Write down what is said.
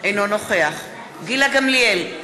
אינו נוכח גילה גמליאל,